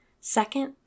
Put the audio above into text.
Second